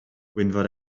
gwynfor